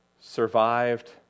survived